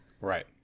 right